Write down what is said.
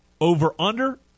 Over-under